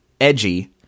edgy